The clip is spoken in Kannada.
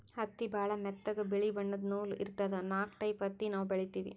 ಹತ್ತಿ ಭಾಳ್ ಮೆತ್ತಗ ಬಿಳಿ ಬಣ್ಣದ್ ನೂಲ್ ಇರ್ತದ ನಾಕ್ ಟೈಪ್ ಹತ್ತಿ ನಾವ್ ಬೆಳಿತೀವಿ